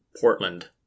Portland